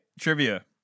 trivia